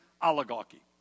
oligarchy